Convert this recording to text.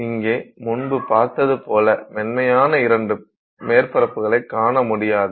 இங்கே முன்பு பார்த்தது போல மென்மையான இரண்டு மேற்பரப்புகளை காண முடியாது